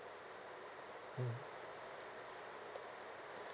mm